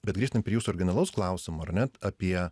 bet grįžtant prie jūsų originalus klausimo ar ne apie